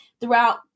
throughout